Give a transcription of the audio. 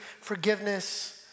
forgiveness